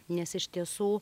nes iš tiesų